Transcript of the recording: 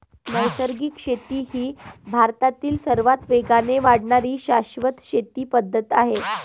नैसर्गिक शेती ही भारतातील सर्वात वेगाने वाढणारी शाश्वत शेती पद्धत आहे